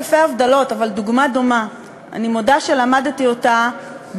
אבל שכנעתי אותך,